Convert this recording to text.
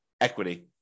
equity